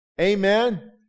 Amen